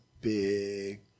big